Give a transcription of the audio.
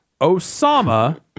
Osama